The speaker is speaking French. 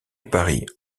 paris